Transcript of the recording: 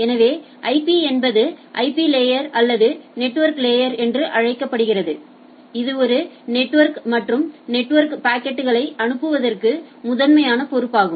எனவே ஐபி என்பது IP layer அல்லது நெட்வொர்க்லேயர் என்றும் அழைக்கப்படுகிறது இது ஒரு நெட்வொர்க்லிருந்து மற்றொரு நெட்வொர்க்ற்கு பாக்கெட்களை அனுப்புவதற்கு முதன்மையான பொறுப்பாகும்